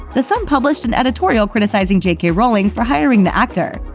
the sun published an editorial criticizing j k. rowling for hiring the actor.